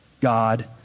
God